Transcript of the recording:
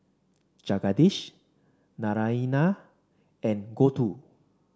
Jagadish Naraina and Gouthu